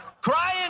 Crying